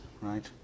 right